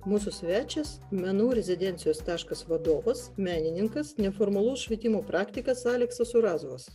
mūsų svečias menų rezidencijos taškas vadovas menininkas neformalaus švietimo praktikas aleksas urazovas